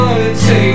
take